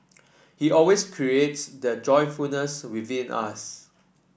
he always creates that joyfulness within us